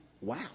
wow